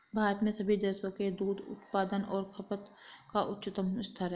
भारत में सभी देशों के दूध उत्पादन और खपत का उच्चतम स्तर है